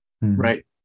Right